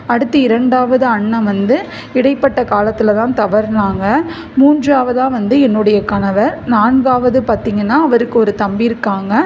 அடுத்து இரண்டாவது அண்ணன் வந்து இடைப்பட்ட காலத்தில் தான் தவறுனாங்கள் மூன்றாவதாக வந்து என்னுடைய கணவர் நான்காவது பார்த்திங்கன்னா அவருக்கு ஒரு தம்பி இருக்காங்கள்